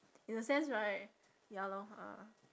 in a sense right ya lor uh